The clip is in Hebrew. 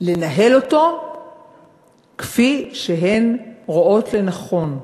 לנהל אותו כפי שהן רואות לנכון.